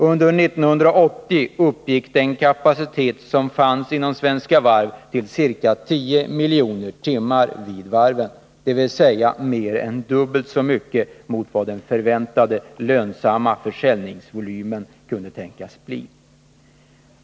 Under 1980 uppgick den kapacitet som fanns inom Svenska Varv till ca 10 miljoner timmar vid varven, dvs. mer än dubbelt så mycket som den förväntade lönsamma försäljningsvolymen kunde tänkas bli.